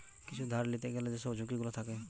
কিছু ধার লিতে গ্যালে যেসব ঝুঁকি গুলো থাকে